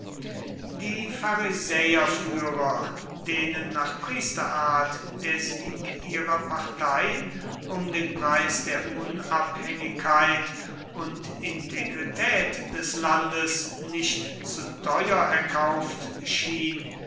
die pharisäerführer denen nach priesterart der sieg ihrer partei um den preis der unabhängigkeit und integrität des landes nicht zu teuer erkauft schien